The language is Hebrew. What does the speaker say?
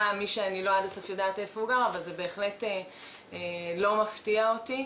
זה בהחלט לא מפתיע אותי,